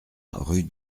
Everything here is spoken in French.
rue